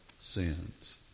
sins